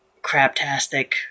craptastic